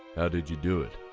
how did you do it?